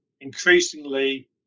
increasingly